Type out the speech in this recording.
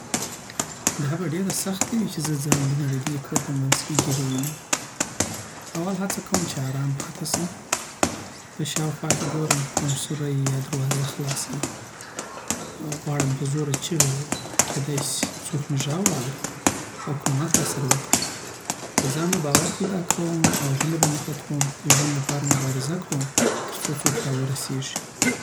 دا به ډیره سخته وی چی زه ځان د نړېدلي کور په منځ کې ګیر وینم. اول هڅه کوم چې آرام پاتې شم. په شاوخوا کې ګورم، که کوم سوری وی یا دروازه خلاصه وي. غواړم په زوره چیغې ووهم، کیدای شي څوک مې ږغ واوری او کومک راسره وکړی په ځان به باورپیداکوم او هیله به نه ختموم. د ژوند لپاره مبارزه کوم، تر څو څوک راورسېږي.